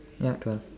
ya twelve